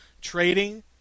trading